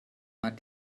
man